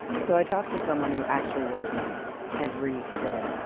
so, i talked to someone who actually wears them every day.